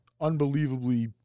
unbelievably